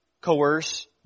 coerce